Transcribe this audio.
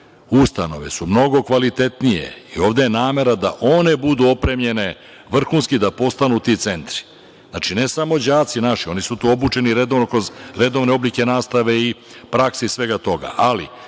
ustanove su mnogo kvalitetnije i ovde je namera da one budu opremljene vrhunski, da postanu ti centri. Znači, ne samo đaci naši. Oni su tu obučeni kroz redovne oblike nastave i prakse i svega toga. Pošto